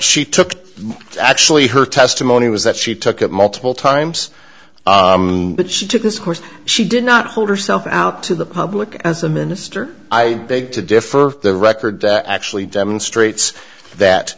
she took actually her testimony was that she took it multiple times but she took this course she did not hold herself out to the public as a minister i beg to differ the record actually demonstrates that